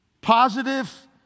positive